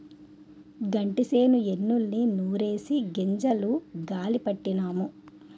గంటిసేను ఎన్నుల్ని నూరిసి గింజలు గాలీ పట్టినాము